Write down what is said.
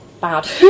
bad